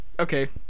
Okay